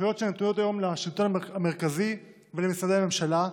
סמכויות שנתונות היום לשלטון המרכזי ולמשרדי הממשלה,